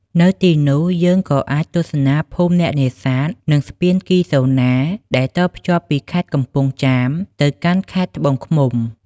នៅទីនោះ យើងក៏អាចទស្សនាភូមិអ្នកនេសាទ និងស្ពានគីហ្សូណាដែលតភ្ជាប់ពីខេត្តកំពង់ចាមទៅកាន់ខេត្តត្បូងឃ្មុំ។